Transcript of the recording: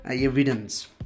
evidence